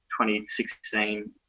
2016